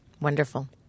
Wonderful